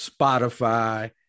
Spotify